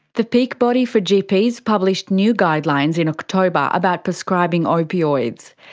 the peak body for gps published new guidelines in october about prescribing opioids.